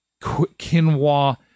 quinoa